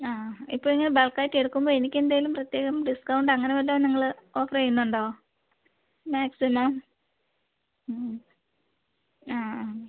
ആ ഇപ്പോൾ എങ്ങനെയാ ബൾക്കായിട്ടെടുക്കുമ്പോൾ എനിക്കെന്തെങ്കിലും പ്രത്യേകം ഡിസ്ക്കൗണ്ട് അങ്ങനെ വല്ലതും നിങ്ങൾ ഓഫറ് ചെയ്യുന്നുണ്ടോ മാക്സിമം ഉം അ ആ